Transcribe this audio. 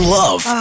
love